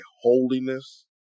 holiness